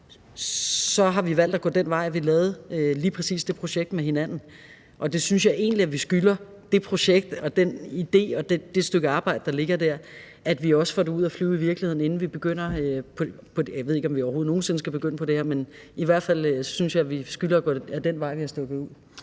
så har vi valgt at gå den vej, i forhold til at vi lavede lige præcis det projekt med hinanden. Og jeg synes egentlig, at vi skylder det projekt, den idé og det stykke arbejde, der ligger dér, at vi også får det ud at flyve i virkeligheden, inden vi begynder på det her – jeg ved ikke, om vi overhovedet nogen sinde skal begynde på det her. Men i hvert fald synes jeg, vi skylder at gå videre ad den vej, vi har stukket ud.